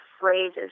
phrases